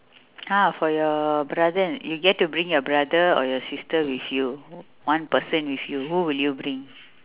ah for your brother you get to bring your brother or your sister with you one person with you who will you bring